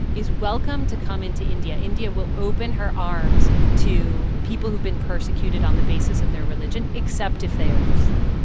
is welcome to come into india. india will open her arms to people who've been persecuted on the basis of their religion, except if they are muslim